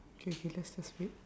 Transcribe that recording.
okay okay let's just wait